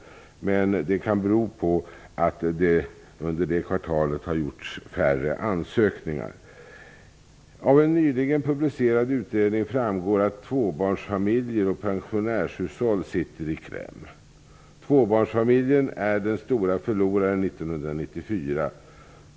Det kan bero på att det under det kvartalet har gjorts färre ansökningar. Av en nyligen publicerad utredning framgår att tvåbarnsfamiljer och pensionärshushåll sitter i kläm. Tvåbarnsfamiljen är den stora förloraren 1994.